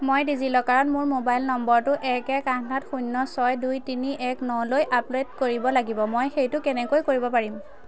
মই ডিজিলকাৰত মোৰ মোবাইল নম্বৰটো এক এক আঠ আঠ শূন্য ছয় দুই তিনি এক নলৈ আপডেট কৰিব লাগিব মই সেইটো কেনেকৈ কৰিব পাৰিম